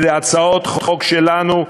והצעות חוק שלנו,